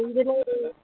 engineering